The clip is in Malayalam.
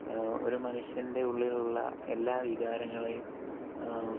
ഒരു മനുഷ്യൻ്റെ ഉള്ളിലുള്ള എല്ലാ വികാരങ്ങളെയും